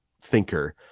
thinker